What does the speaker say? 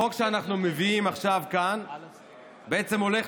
החוק שאנחנו מביאים עכשיו כאן בעצם הולך